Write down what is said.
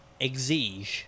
Exige